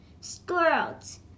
Squirrels